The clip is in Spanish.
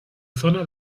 zona